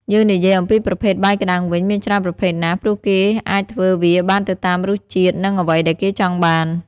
យើងនិយាយអំពីប្រភេទ បាយក្ដាំងវិញ មានច្រើនប្រភេទណាស់ ព្រោះគេអាចធ្វើវាបានទៅតាមរសជាតិនិងអ្វីដែលគេចង់បាន ។